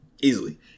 Easily